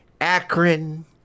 Akron